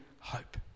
hope